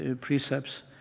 precepts